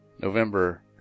November